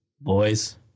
boys